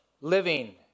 living